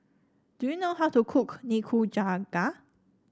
do you know how to cook Nikujaga